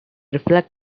reflect